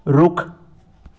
ਰੁੱਖ